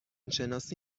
شناسی